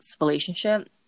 relationship